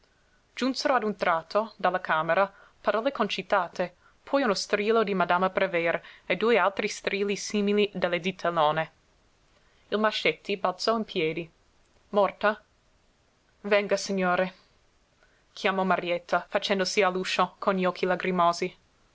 giunsero a un tratto dalla camera parole concitate poi uno strillo di madama prever e due altri strilli simili delle zitellone il mascetti balzò in piedi morta venga signore chiamò marietta facendosi all'uscio con gli occhi lagrimosi